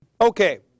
Okay